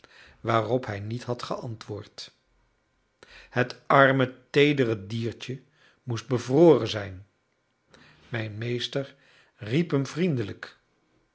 waarop hij niet had geantwoord het arme teedere diertje moest bevroren zijn mijn meester riep hem vriendelijk